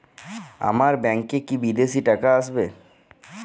আমার ব্যংকে কি বিদেশি টাকা আসবে?